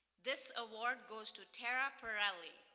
this award goes to tara perilli,